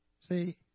See